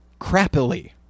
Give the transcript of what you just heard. crappily